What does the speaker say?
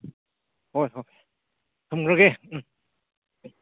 ꯍꯣꯏ ꯍꯣꯏ ꯊꯝꯈ꯭ꯔꯒꯦ ꯎꯝ